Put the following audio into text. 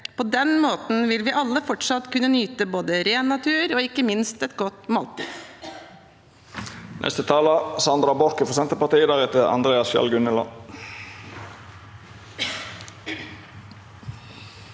På den måten vil vi alle fortsatt kunne nyte både ren natur og ikke minst et godt måltid.